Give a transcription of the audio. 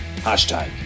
Hashtag